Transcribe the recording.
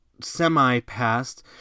semi-past